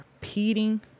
repeating